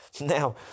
Now